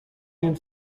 den